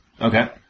Okay